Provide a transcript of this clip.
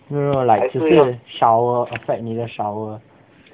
no no no like 只是 shower affect 你的 shower